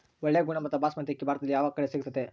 ಒಳ್ಳೆ ಗುಣಮಟ್ಟದ ಬಾಸ್ಮತಿ ಅಕ್ಕಿ ಭಾರತದಲ್ಲಿ ಯಾವ ಕಡೆ ಸಿಗುತ್ತದೆ?